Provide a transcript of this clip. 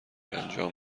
انجام